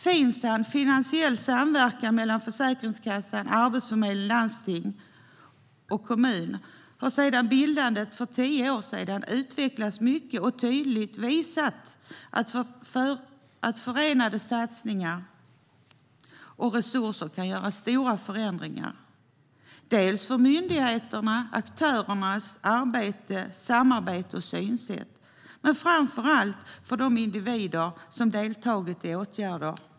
Finsam - finansiell samverkan mellan Försäkringskassan, Arbetsförmedlingen, landsting och kommuner - har sedan bildandet för tio år sedan utvecklats mycket och tydligt visat att förenade satsningar och resurser kan göra stora förändringar. Det handlar om myndigheternas, aktörernas, arbete, samarbete och synsätt men framför allt om de individer som deltagit i åtgärder.